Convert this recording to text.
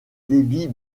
débit